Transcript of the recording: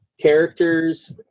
characters